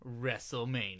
WrestleMania